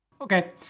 Okay